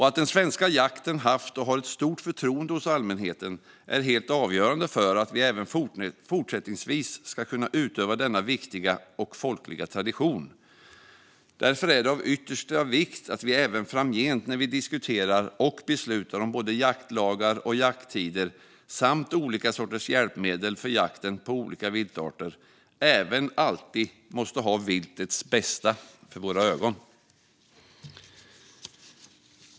Att den svenska jakten haft och har ett stort förtroende hos allmänheten är helt avgörande för att vi även fortsättningsvis ska kunna utöva denna viktiga och folkliga tradition. Därför är det av yttersta vikt att vi även framgent när vi diskuterar och beslutar om jaktlagar, jakttider och olika hjälpmedel för jakten på olika viltarter alltid har viltets bästa för ögonen.